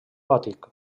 gòtic